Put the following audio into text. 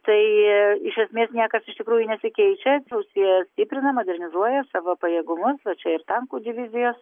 tai iš esmės niekas iš tikrųjų nesikeičia rusija stiprina modernizuoja savo pajėgumus o čia ir tankų divizijos